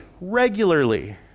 regularly